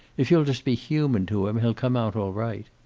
if you'll just be human to him, he'll come out all right.